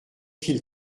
qu’il